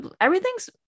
Everything's